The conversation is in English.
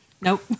nope